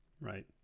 Right